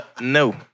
No